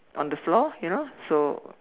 on the floor you know so